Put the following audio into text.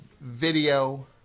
video